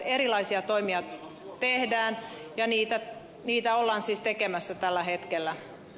erilaisia toimia tehdään ja niitä ollaan siis tekemässä tällä hetkellä